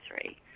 three